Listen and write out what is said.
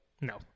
No